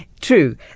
true